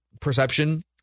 perception